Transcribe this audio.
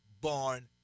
Born